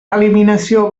eliminació